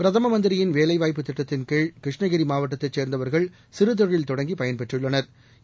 பிரதம மந்திரியின் வேலை வாய்ப்புத் திட்டத்தின்கீழ் கிருஷ்ணகிரி மாவட்டத்தை சே்ந்தவர்கள் சிறு தொழில் தொடங்கி பயன் பெற்றுள்ளனா்